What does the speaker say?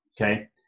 okay